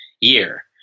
year